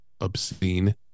obscene